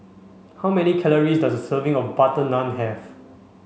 how many calories does a serving of butter naan have